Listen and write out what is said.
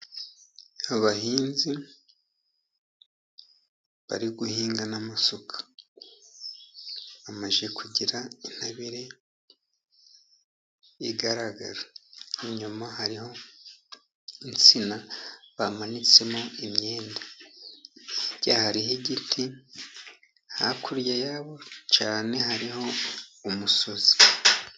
Abahinzi bari guhinga n'amasuka, bamaze kugira intabire igaragara. Inyuma hariho insina bamanitsemo imyenda. Hirya hari igiti, hakurya yabo cyane hariho umusozi.